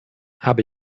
habe